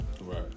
Right